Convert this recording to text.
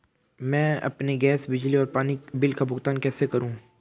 मैं अपने गैस, बिजली और पानी बिल का भुगतान कैसे करूँ?